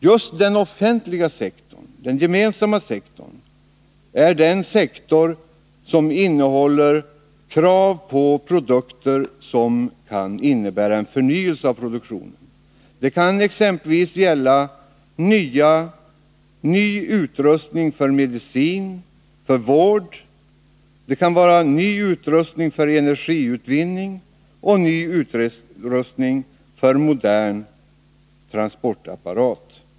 Just den offentliga sektorn, den gemensamma sektorn, är den sektor som innehåller krav på produkter som kan innebära förnyelse i produktionen. Det kan exempelvis gälla ny utrustning för medicin, för vård. Det kan vara ny utrustning för energiutvinning och ny utrustning för en modern transportapparat.